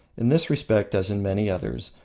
in this respect, as in many others,